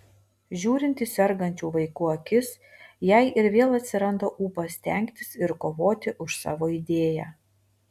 žiūrint į sergančių vaikų akis jai ir vėl atsiranda ūpas stengtis ir kovoti už savo idėją